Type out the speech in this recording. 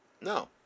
No